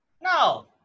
No